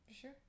Sure